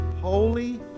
holy